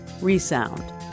ReSound